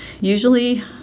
Usually